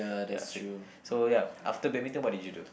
ya so it so ya after badminton what did you do